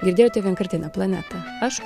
girdėjote vienkartinę planetą aš